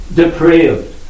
depraved